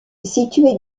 située